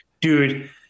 dude